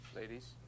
Ladies